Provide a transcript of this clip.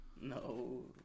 No